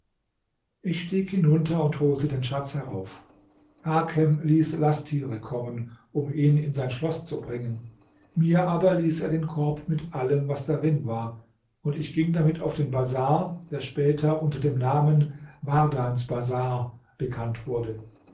ich stieg hinunter und holte den schatz herauf hakem ließ lasttiere kommen um ihn in sein schloß zu bringen mir aber ließ er den korb mit allem was darin war und ich ging damit auf den bazar der später unter dem namen wardans bazar bekannt wurde